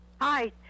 Hi